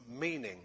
meaning